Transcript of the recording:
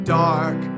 dark